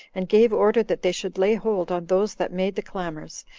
and gave order that they should lay hold on those that made the clamors,